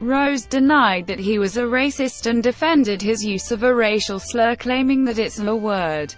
rose denied that he was a racist and defended his use of a racial slur, claiming that it's a word